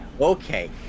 Okay